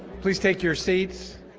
please take your seats.